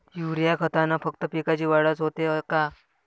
Urea खतानं फक्त पिकाची वाढच होते का?